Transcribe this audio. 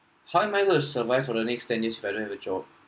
how am I going to survive for the next ten years if I don't have a job